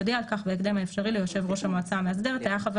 יודיע על כך בהקדם האפשרי ליושב ראש המועצה המאסדרת; היה חבר